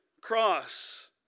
cross